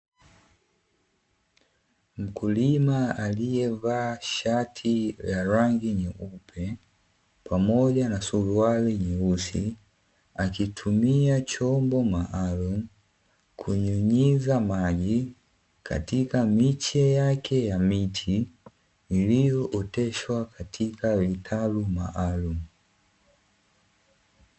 Mkulima alievaa shati la rangi nyeupe, pamoja na suruali nyeusi akitumia chombo maalum kunyunyuzia maji katika miche yake ya miti iliyooteshwa katika vitalu maalumu.